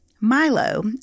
Milo